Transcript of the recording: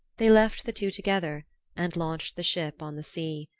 they left the two together and launched the ship on the sea.